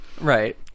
Right